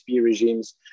regimes